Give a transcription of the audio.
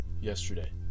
yesterday